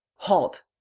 halt!